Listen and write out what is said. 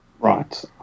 Right